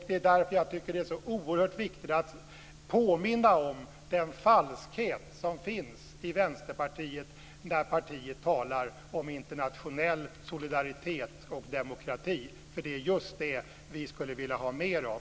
Det är därför som jag tycker att det är så oerhört viktigt att påminna om den falskhet som finns i Vänsterpartiet när partiet talar om internationell solidaritet och demokrati, för det är just det som vi skulle vilja ha mer av.